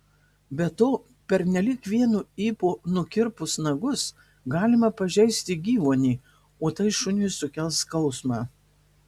be to pernelyg vienu ypu nukirpus nagus galima pažeisti gyvuonį o tai šuniui sukels skausmą